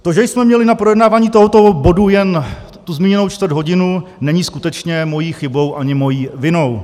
To, že jsme měli na projednávání tohoto bodu jen tu zmíněnou čtvrthodinu, není skutečně mou chybou ani mou vinou.